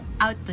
Out